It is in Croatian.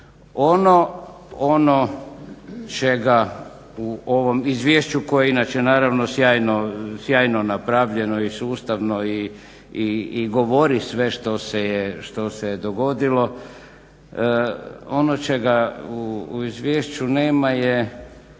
Ono čega u ovom izvješću, koje je inače naravno sjajno napravljeno i sustavno i govori sve što se je dogodilo, ono čega u izvješću nema je